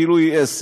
כאילו היא עסק.